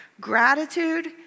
gratitude